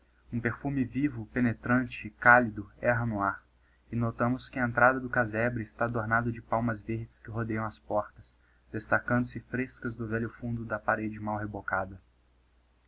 um perfume vivo penetrante callido erra no ar e notamos que a entrada do casebre está adornado de palmas verdes que rodeiam as portas destacando-se frescas do velho fundo da parede mal rebocada